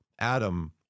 Adam